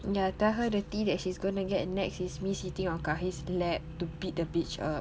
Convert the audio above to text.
ya tell her the tea that she's gonna get next is me sitting on Kahir 's lap to beat the bitch up